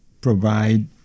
provide